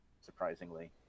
surprisingly